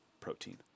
protein